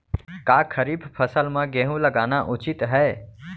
का खरीफ फसल म गेहूँ लगाना उचित है?